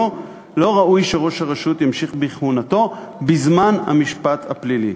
לא ראוי שראש הרשות ימשיך בכהונתו בזמן המשפט הפלילי.